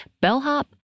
bellhop